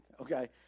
okay